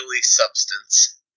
substance